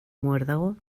muérdago